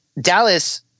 Dallas